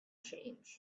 change